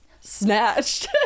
snatched